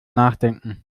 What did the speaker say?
nachdenken